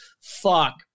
fuck